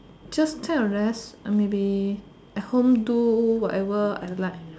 just take a rest uh maybe at home do whatever I like